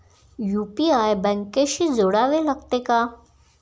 UPI बँकेशी जोडावे लागते का?